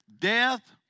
death